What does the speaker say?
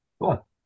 cool